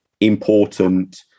important